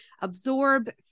absorb